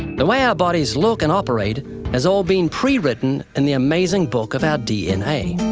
the way our bodies look and operate has all been pre-written in the amazing book of our dna.